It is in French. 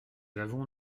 avons